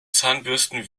zahnbürsten